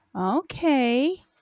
Okay